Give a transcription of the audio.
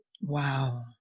Wow